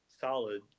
solid